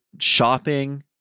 shopping